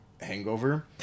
hangover